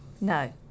no